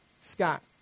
Scott